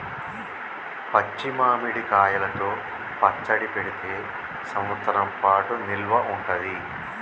పచ్చి మామిడి కాయలతో పచ్చడి పెడితే సంవత్సరం పాటు నిల్వ ఉంటది